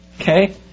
Okay